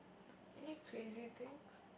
any crazy things